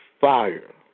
fire